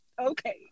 Okay